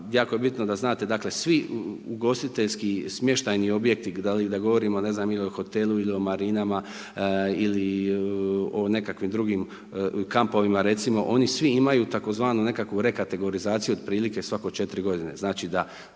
jako je bitno da znate svi ugostiteljski smještajni objekti da li da govorimo ne znam o hotelu ili o marinama ili o nekakvim drugim kampovima recimo, oni svi imaju tzv. nekakvu rekategorizaciju otprilike svako 4 godine. Znači da